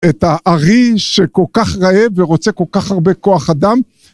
את הארי שכל כך רעב ורוצה כל כך הרבה כוח אדם